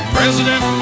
President